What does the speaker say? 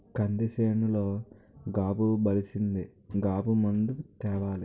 కంది సేనులో గాబు బలిసీసింది గాబు మందు తేవాల